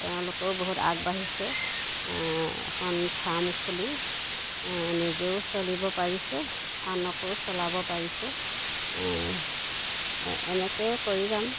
তেওঁলোকেও বহুত আগবাঢ়িছে এখন ফাৰ্ম খুলি নিজেও চলিব পাৰিছে আনকো চলাব পাৰিছে এনেকৈয়ে কৰি যাম